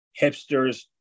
Hipsters